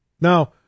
Now